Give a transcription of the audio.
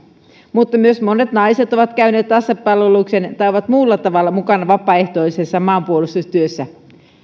mutta myös monet naiset ovat käyneet asepalveluksen tai ovat muulla tavalla mukana vapaaehtoisessa maanpuolustustyössä